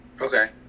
Okay